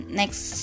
next